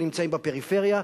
ונמצאים בפריפריה,